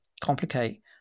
complicate